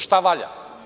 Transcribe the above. Šta valja?